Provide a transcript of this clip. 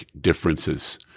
differences